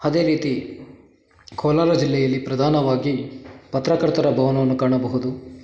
ಅದೇ ರೀತಿ ಕೋಲಾರ ಜಿಲ್ಲೆಯಲ್ಲಿ ಪ್ರಧಾನವಾಗಿ ಪತ್ರಕರ್ತರ ಭವನವನ್ನು ಕಾಣಬಹುದು